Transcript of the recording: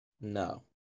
No